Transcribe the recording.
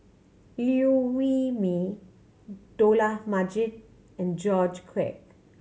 Liew Wee Mee Dollah Majid and George Quek